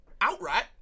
outright